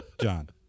John